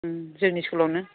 उम जोंनि स्कुलावनो